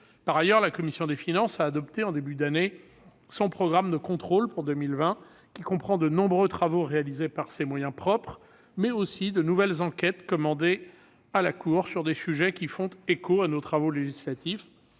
Par ailleurs, la commission des finances a adopté en début d'année son programme de contrôle pour 2020, qui comprend de nombreux travaux réalisés par ses moyens propres, mais aussi de nouvelles enquêtes commandées à la Cour sur des sujets qui font écho à nos travaux législatifs